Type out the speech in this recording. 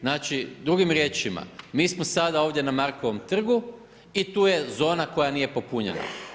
Znači drugim riječima mi smo sada ovdje na Markovom trgu i tu je zona koja nije popunjena.